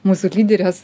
mūsų lyderės